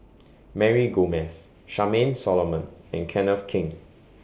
Mary Gomes Charmaine Solomon and Kenneth Keng